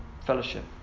fellowship